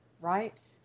right